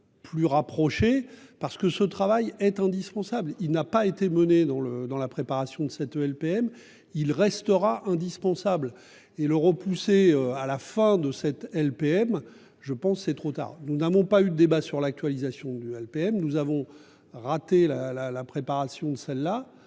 Plus. Parce que ce travail est indispensable. Il n'a pas été menée dans le dans la préparation de cette LPM il restera indispensable et le repousser à la fin de cette LPM je pense c'est trop tard. Nous n'avons pas eu de débat sur l'actualisation du LPM. Nous avons raté la la la préparation de celle-là.